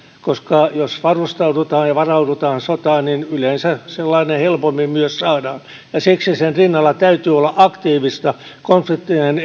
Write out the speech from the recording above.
koska jos varustaudutaan ja varaudutaan sotaan niin yleensä sellainen helpommin myös saadaan ja siksi niiden rinnalla täytyy olla aktiivista konfliktien